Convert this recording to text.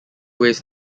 waste